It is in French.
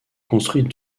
construit